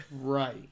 Right